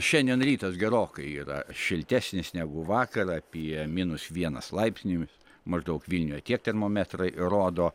šiandien rytas gerokai yra šiltesnis negu vakar apie minus vienas laipsnių maždaug vilniuje tiek termometrai rodo